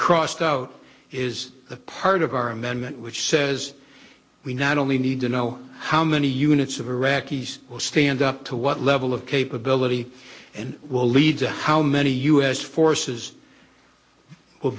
crossed out is the part of our amendment which says we not only need to know how many units of iraqis will stand up to what level of capability and will lead to how many u s forces will